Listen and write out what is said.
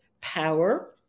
power